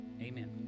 amen